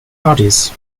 parties